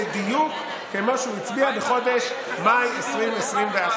בדיוק כמו שהוא הצביע בחודש מאי 2021,